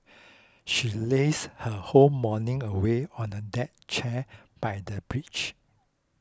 she lazed her whole morning away on a deck chair by the beach